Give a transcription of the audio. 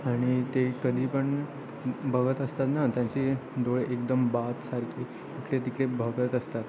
आणि ते कधी पण बघत असतात ना त्यांची डोळे एकदम बात सारखी इकडे तिकडे बघत असतात